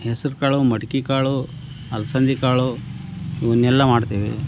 ಹೆಸರು ಕಾಳು ಮಟ್ಕೆ ಕಾಳು ಅಲ್ಸಂದೆ ಕಾಳು ಇವನ್ನೆಲ್ಲ ಮಾಡ್ತೀವಿ